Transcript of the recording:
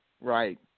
right